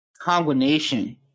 combination